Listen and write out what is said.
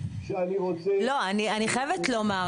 אני חייבת לומר,